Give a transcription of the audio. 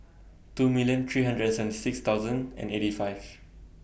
two million three hundred and six thousand and eighty five